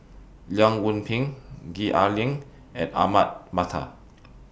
Leong Yoon Pin Gwee Ah Leng and Ahmad Mattar